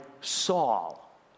Saul